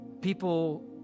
people